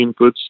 inputs